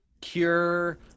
cure